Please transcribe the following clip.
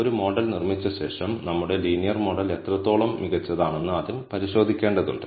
ഒരു മോഡൽ നിർമ്മിച്ച ശേഷം നമ്മുടെ ലീനിയർ മോഡൽ എത്രത്തോളം മികച്ചതാണെന്ന് ആദ്യം പരിശോധിക്കേണ്ടതുണ്ട്